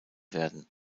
werden